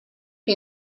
più